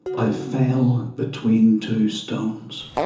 i fell between two stones